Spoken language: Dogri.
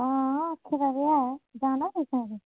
हां आक्खे दा ते ऐ जाना तुसें